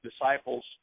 disciples